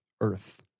Earth